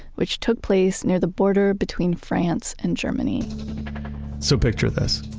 which took place near the border between france and germany so picture this,